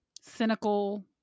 cynical